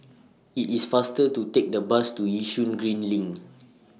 IT IS faster to Take The Bus to Yishun Green LINK